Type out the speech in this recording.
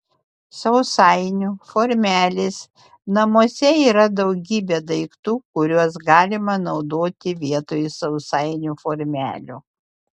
sausainių formelės namuose yra daugybė daiktų kuriuos galima naudoti vietoj sausainių formelių